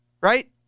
right